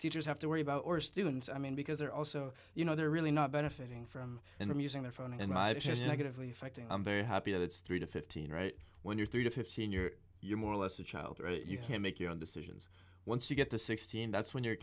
teachers have to worry about or students i mean because they're also you know they're really not benefiting from and i'm using their phone and my vision is negatively affecting i'm very happy that's three to fifteen right when you're three to fifteen you're you're more or less a child or you can make your own decisions once you get to sixty and that's when you're